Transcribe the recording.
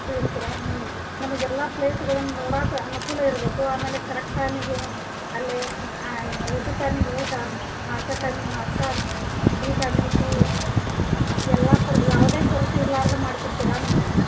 ತಿಳಿಸ್ತೀರಾ ಹ್ಞೂ ನಮಗೆ ಎಲ್ಲ ಪ್ಲೇಸ್ಗಳನ್ನ ನೋಡಕ್ಕ ಅನುಕೂಲ ಇರಬೇಕು ಆಮೇಲೆ ಕರೆಕ್ಟ್ ಟೈಮಿಗೆ ಅಲ್ಲೇ ಊಟದ ಟೈಮಿಗೆ ಊಟ ನಾಷ್ಟ ಟೈಮಿಗೆ ನಾಷ್ಟ ಟೀ ಟೈಮಿಗೆ ಟೀ ಎಲ್ಲ ಥರದ ಯಾವುದೇ ಕೊರತೆ ಇರ್ಲಾರ್ದೆ ಮಾಡಿಕೊಡ್ತೀರಾ ನಮಗೆ